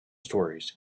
stories